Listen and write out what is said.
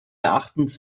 erachtens